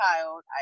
child